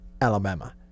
Alabama